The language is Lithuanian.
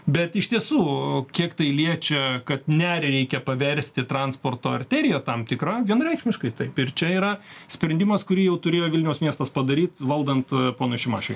bet iš tiesų kiek tai liečia kad nerį reikia paversti transporto arterija tam tikra vienareikšmiškai taip ir čia yra sprendimas kurį jau turėjo vilniaus miestas padaryt valdant ponui šimašiui